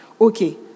okay